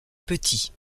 petit